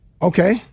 Okay